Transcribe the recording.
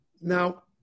Now